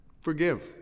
forgive